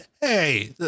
Hey